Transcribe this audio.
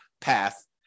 path